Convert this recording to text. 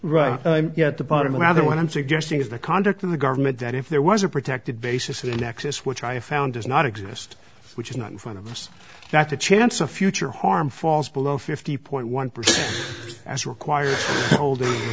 right at the bottom of the other what i'm suggesting is the conduct of the government that if there was a protected basis of the nexus which i have found does not exist which is not in front of us that the chance of future harm falls below fifty point one percent as required holding the